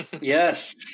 Yes